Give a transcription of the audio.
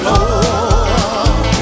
Lord